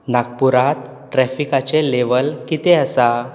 नागपुरांत ट्रॅफिकाचें लेव्हल कितें आसा